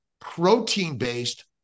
protein-based